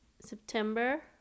September